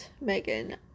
Megan